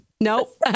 nope